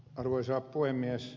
arvoisa puhemies